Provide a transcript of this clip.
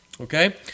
Okay